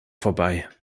vorbei